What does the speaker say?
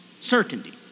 certainty